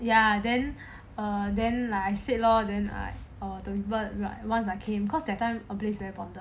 ya then err then like I said lor then I prefer the church once I came because that time her place very rabak